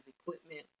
equipment